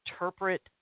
interpret